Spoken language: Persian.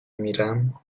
میرم